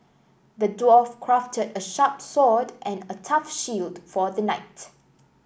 the dwarf crafted a sharp sword and a tough shield for the knight